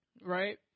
right